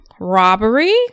Robbery